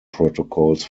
protocols